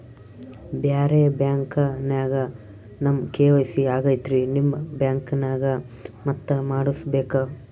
ಬ್ಯಾರೆ ಬ್ಯಾಂಕ ನ್ಯಾಗ ನಮ್ ಕೆ.ವೈ.ಸಿ ಆಗೈತ್ರಿ ನಿಮ್ ಬ್ಯಾಂಕನಾಗ ಮತ್ತ ಮಾಡಸ್ ಬೇಕ?